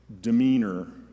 demeanor